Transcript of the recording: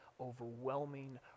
overwhelming